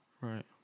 Right